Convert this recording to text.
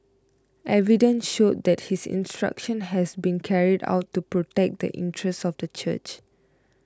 evidence showed that his instruction has been carried out to protect the interests of the church